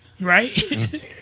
Right